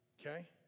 Okay